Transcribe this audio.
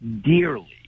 dearly